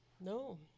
No